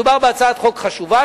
מדובר בהצעת חוק חשובה,